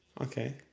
Okay